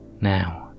Now